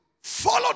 follow